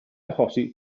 achosi